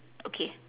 okay